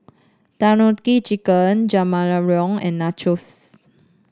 Tandoori Chicken Jajangmyeon and Nachos